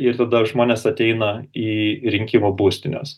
ir tada žmonės ateina į į rinkimų būstines